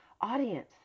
audience